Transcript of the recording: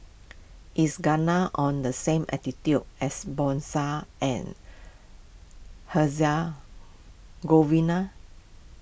is Ghana on the same latitude as and Herzegovina